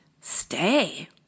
stay